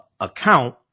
account